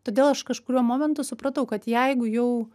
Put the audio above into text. todėl aš kažkuriuo momentu supratau kad jeigu jau